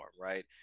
right